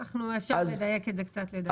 אפשר לדייק את זה קצת יותר.